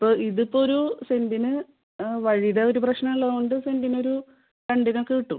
ഇപ്പോൾ ഇതിപ്പോൾ ഒരു സെൻറ്റിന് ആ വഴിയുടെ ഒരു പ്രശ്നമുള്ളതുകൊണ്ട് സെൻറ്റിനൊരു രണ്ടിനൊക്കെ കിട്ടും